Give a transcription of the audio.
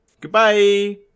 goodbye